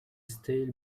stale